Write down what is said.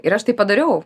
ir aš tai padariau